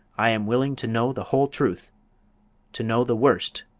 i am willing to know the whole truth to know the worst,